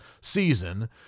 season